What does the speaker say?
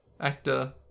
actor